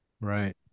Right